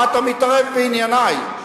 מה אתה מתערב בענייני?